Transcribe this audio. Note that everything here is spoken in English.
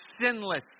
sinless